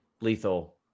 Lethal